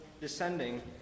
descending